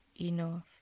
enough